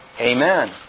amen